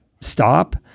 stop